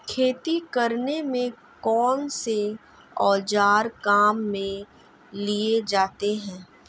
खेती करने में कौनसे औज़ार काम में लिए जाते हैं?